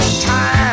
Time